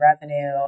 revenue